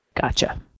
Gotcha